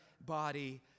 body